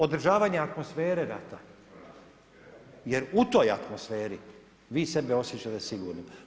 Održavanje atmosfere rata jer u toj atmosferi vi sebe osjećate sigurnim.